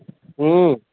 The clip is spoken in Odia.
ହୁଁ